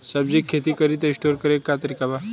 सब्जी के खेती करी त स्टोर करे के का तरीका बा?